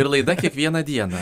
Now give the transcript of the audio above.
ir laida kiekvieną dieną